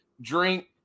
drink